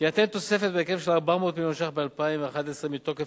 תינתן תוספת בהיקף 400 מיליון שקלים ב-2011 מתוקף